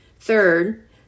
Third